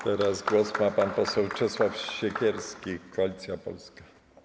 Teraz głos ma pan poseł Czesław Siekierski, Koalicja Polska.